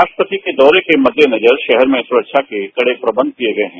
राष्ट्रपति के दौरे के मदेनजर शहर में सुरक्षा के कड़े प्रदंध किये गये हैं